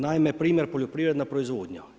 Naime, primjer poljoprivredna proizvodnja.